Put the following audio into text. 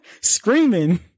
screaming